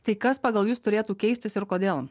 tai kas pagal jus turėtų keistis ir kodėl